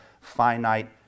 finite